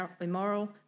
immoral